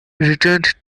returned